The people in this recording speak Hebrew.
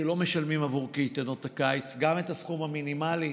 שלא משלמים עבור קייטנות הקיץ גם את הסכום המינימלי.